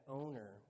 owner